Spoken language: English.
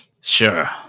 sure